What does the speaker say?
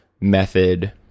method